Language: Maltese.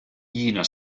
jiena